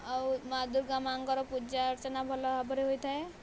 ଆଉ ମା'ଦୁର୍ଗା ମା'ଙ୍କର ପୂଜା ଅର୍ଚ୍ଚନା ଭଲ ଭାବରେ ହୋଇଥାଏ